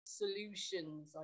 solutions